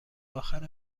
آخر